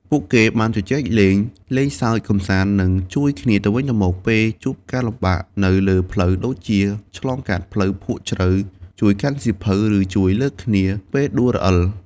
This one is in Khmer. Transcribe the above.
ពួកគេបានជជែកលេង លេងសើចកម្សាន្ត និង ជួយគ្នាទៅវិញទៅមក ពេលជួបការលំបាកនៅលើផ្លូវ ដូចជាឆ្លងកាត់ផ្លូវភក់ជ្រៅ ជួយកាន់សៀវភៅ ឬជួយលើកគ្នាពេលដួលរអិល។